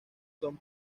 son